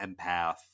Empath